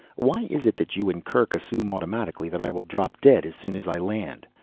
why is it that you and kerk assume automatically that i will drop dead as soon as i land?